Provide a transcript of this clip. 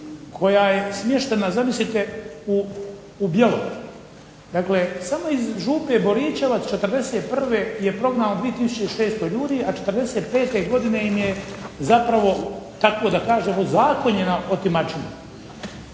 koja je smještena u Bjelovar. Dakle, samo iz župe Boričevac 41. je prognano 2600 ljudi a 45. godine im je zapravo tako da kažem ozakonjena otimačina.